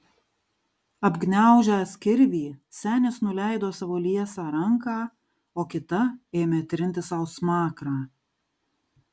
apgniaužęs kirvį senis nuleido savo liesą ranką o kita ėmė trinti sau smakrą